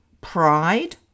pride